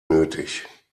nötig